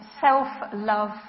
self-love